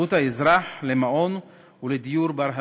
זכות האזרח למעון ולדיור בר-השגה.